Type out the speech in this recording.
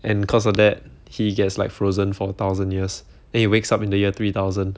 and cause of that he gets like frozen four thousand years then wakes up in the year three thousand